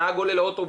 נהג עולה לאוטובוס,